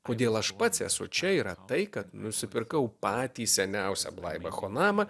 kodėl aš pats esu čia yra tai kad nusipirkau patį seniausią blaibacho namą